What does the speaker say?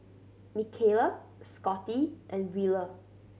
Mikala Scottie and Wheeler